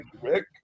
Rick